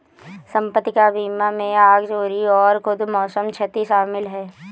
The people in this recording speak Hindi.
संपत्ति का बीमा में आग, चोरी और कुछ मौसम क्षति शामिल है